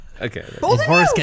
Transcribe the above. Okay